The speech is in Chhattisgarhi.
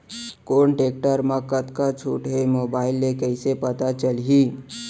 कोन टेकटर म कतका छूट हे, मोबाईल ले कइसे पता चलही?